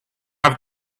have